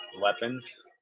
weapons